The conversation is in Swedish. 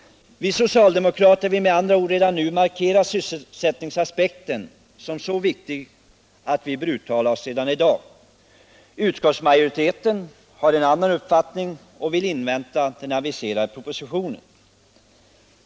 Vi socialdemokrater vill med andra ord redan nu markera sysselsättningsaspekten som så viktig att riksdagen bör uttala sig redan i dag. Utskottsmajoriteten har en annan uppfattning och vill invänta den aviserade propositionen.